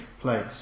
place